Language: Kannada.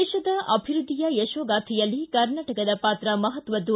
ದೇಶದ ಅಭಿವೃದ್ಧಿಯ ಯಶೋಗಾಥೆಯಲ್ಲಿ ಕರ್ನಾಟಕದ ಪಾತ್ರ ಮಹತ್ವದ್ದು